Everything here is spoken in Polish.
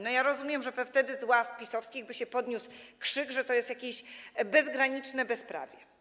No, ja rozumiem, że wtedy z ław PiS-owskich by się podniósł krzyk, że to jest jakieś bezgraniczne bezprawie.